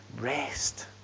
Rest